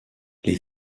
les